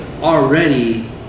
already